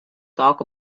talk